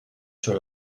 sur